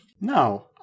No